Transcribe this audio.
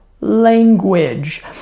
language